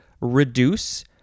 reduce